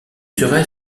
serait